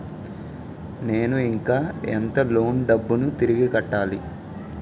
నేను ఇంకా ఎంత లోన్ డబ్బును తిరిగి కట్టాలి?